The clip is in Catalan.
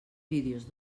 vídeos